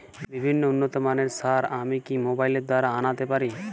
বিভিন্ন উন্নতমানের সার আমি কি মোবাইল দ্বারা আনাতে পারি?